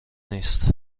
نیست